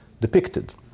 depicted